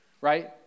Right